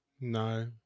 No